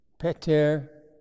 Peter